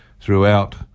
throughout